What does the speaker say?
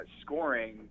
scoring